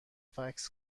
فکس